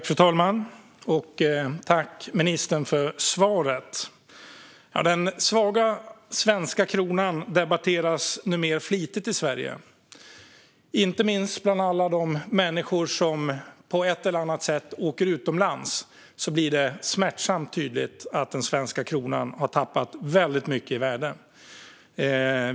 Fru talman! Tack, ministern, för svaret! Den svaga svenska kronan debatteras numera flitigt i Sverige. Inte minst för alla de människor som på ett eller annat sätt reser utomlands blir det smärtsamt tydligt att den svenska kronan har tappat väldigt mycket i värde.